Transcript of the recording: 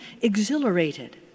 exhilarated